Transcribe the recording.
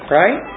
right